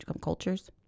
cultures